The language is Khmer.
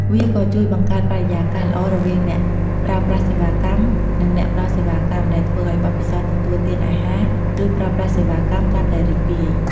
វាក៏ជួយបង្កើតបរិយាកាសល្អរវាងអ្នកប្រើប្រាស់សេវាកម្ម និងអ្នកផ្ដល់សេវាកម្ម ដែលធ្វើឲ្យបទពិសោធន៍ទទួលទានអាហារ ឬប្រើប្រាស់សេវាកម្មកាន់តែរីករាយ។